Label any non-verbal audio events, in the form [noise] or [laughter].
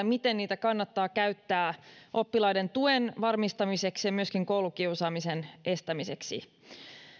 [unintelligible] miten niitä kannattaa käyttää oppilaiden tuen varmistamiseksi ja myöskin koulukiusaamisen estämiseksi